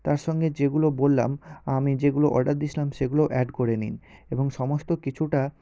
তার সঙ্গে যেগুলো বললাম আমি যেগুলো অর্ডার দিয়েছিলাম সেগুলো অ্যাড করে নিন এবং সমস্ত কিছুটা